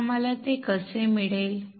तर आम्हाला ते कसे मिळेल